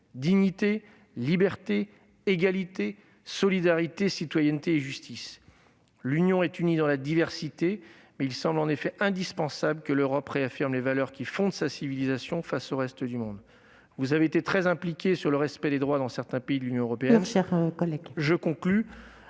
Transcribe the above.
dignité, liberté, égalité, solidarité, citoyenneté et justice. L'Union européenne est unie dans la diversité, mais il semble indispensable que l'Europe réaffirme les valeurs qui fondent sa civilisation face au reste du monde. Le Gouvernement s'est fortement impliqué sur la question du respect des droits dans certains pays de l'Union européenne. Veuillez